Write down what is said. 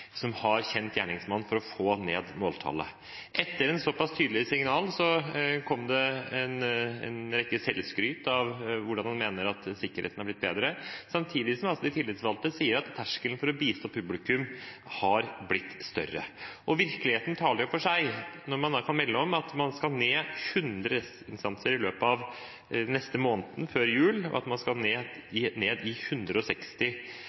som har kjent gjerningsmann, for å få ned måltallet. Etter et såpass tydelig signal kom det en mengde selvskryt om hvordan han mener at sikkerheten har blitt bedre, samtidig som de tillitsvalgte sier at terskelen for å bistå publikum har blitt høyere. Virkeligheten taler for seg, når man kan melde om at man skal ned 100 restanser i løpet av den neste måneden, før jul, og at man bare ha skal ha 160